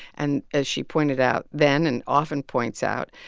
and as she pointed out then and often points out,